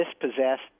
dispossessed